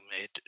made